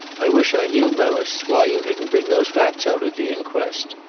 i wish i knew, melis, why you didn't bring those facts out at the inquest.